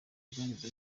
bwagize